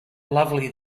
lovely